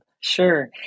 Sure